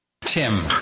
Tim